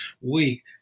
week